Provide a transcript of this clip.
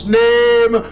name